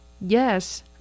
Yes